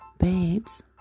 Babes